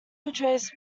portrays